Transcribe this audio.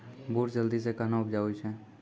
बूट जल्दी से कहना उपजाऊ छ?